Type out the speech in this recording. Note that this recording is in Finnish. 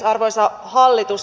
arvoisa hallitus